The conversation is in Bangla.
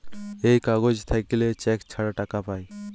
এই কাগজ থাকল্যে চেক ছাড়া টাকা পায়